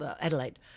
Adelaide